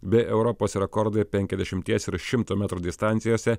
bei europos rekordai penkiasdešimties ir šimto metrų distancijose